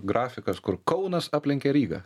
grafikas kur kaunas aplenkė rygą